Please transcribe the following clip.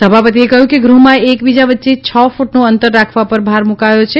સભાપતિએ કહ્યું કે ગૃહમાં એક બીજા વચ્ચે છ ક્રટનું અંતર રાખવા પર ભાર મુકચો હતો